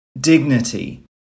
dignity